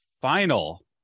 final